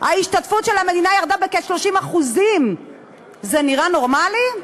ההשתתפות של המדינה ירדה בכ-30% זה נראה נורמלי?